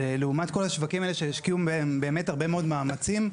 לעומת כל השווקים האלה שהשקיעו בהם באמת הרבה מאוד מאמצים,